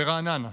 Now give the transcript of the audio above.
ברעננה.